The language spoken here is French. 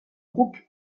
groupe